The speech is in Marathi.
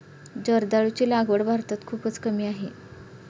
जर्दाळूची लागवड भारतात खूपच कमी आहे